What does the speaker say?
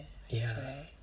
ya